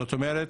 זאת אומרת,